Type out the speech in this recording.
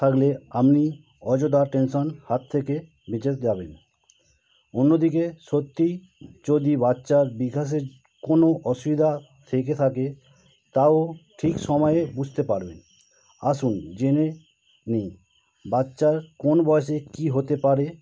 থাকলে আপনি অযথা টেনশন হাত থেকে বেঁচে যাবেন অন্যদিকে সত্যিই যদি বাচ্চার বিকাশের কোনও অসুবিধা থেকে থাকে তাও ঠিক সময়ে বুঝতে পারবেন আসুন জেনে নিই বাচ্চার কোন বয়সে কী হতে পারে